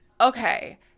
Okay